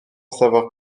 savoir